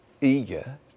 eager